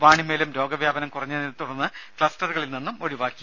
വാണിമേലും രോഗ വ്യാപനം കുറഞ്ഞതിനെ തുടർന്ന് ക്ലസ്റ്ററുകളിൽ നിന്നും ഒഴിവാക്കി